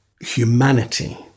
humanity